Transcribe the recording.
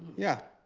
yeah.